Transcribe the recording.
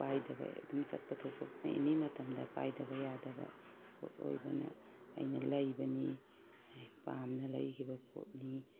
ꯄꯥꯏꯗꯕ ꯑꯗꯨꯝ ꯆꯠꯄ ꯊꯣꯛꯄ ꯑꯦꯅꯤ ꯃꯇꯝꯗ ꯄꯥꯏꯗꯕ ꯌꯥꯗꯕ ꯄꯣꯠ ꯑꯣꯏꯕꯅ ꯑꯩꯅ ꯂꯩꯕꯅꯤ ꯄꯥꯝꯅ ꯂꯩꯒꯤꯕ ꯄꯣꯠꯅꯤ